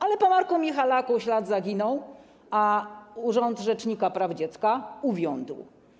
Ale po Marku Michalaku ślad zaginął, a urząd rzecznika praw dziecka uwiądł.